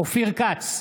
אופיר כץ,